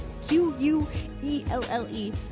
Q-U-E-L-L-E